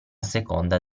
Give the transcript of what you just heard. seconda